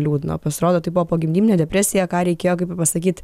liūdna o pasirodo tai buvo pogimdyminė depresija ką reikėjo kaip ir pasakyt